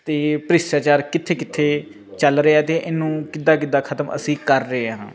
ਅਤੇ ਭ੍ਰਿਸ਼ਟਾਚਾਰ ਕਿੱਥੇ ਕਿੱਥੇ ਚੱਲ ਰਿਹਾ ਅਤੇ ਇਹਨੂੰ ਕਿੱਦਾਂ ਕਿੱਦਾਂ ਖਤਮ ਅਸੀਂ ਕਰ ਰਹੇ ਹਾਂ